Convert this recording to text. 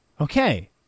Okay